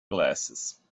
glasses